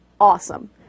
awesome